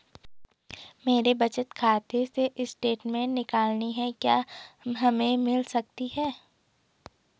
मेरे बचत खाते से स्टेटमेंट निकालनी है क्या हमें मिल सकती है?